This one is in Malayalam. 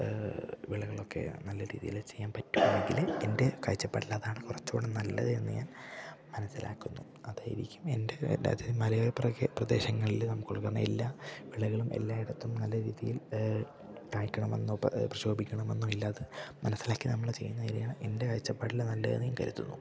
വിളകളൊക്കെ നല്ല രീതിയിൽ ചെയ്യാൻ പറ്റുകയാണെങ്കിൽ എൻ്റെ കാഴ്ചപ്പാടിൽ അതാണ് കുറച്ചു കൂടെ നല്ലത് എന്ന് ഞാൻ മനസിലാക്കുന്നു അതായിരിക്കും എൻ്റെ അത് മലയോര പ്രദേശങ്ങളിൽ നമുക്ക് കൊടുക്കാവുന്ന എല്ലാ വിളകളും എല്ലായിടത്തും നല്ല രീതിയിൽ കായിക്കണമെന്നോ പ്രശോഭിക്കണമെന്നോ ഇല്ലാതെ മനസിലാക്കി നമ്മൾ ചെയ്യുന്നതിനെയാണ് എൻ്റെ കാഴ്ചപ്പാടിൽ നല്ലതെന്നു ഞാൻ കരുതുന്നു